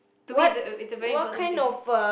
to me it's a it's a very important thing